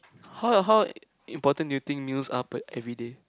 how how important do you think news are per everyday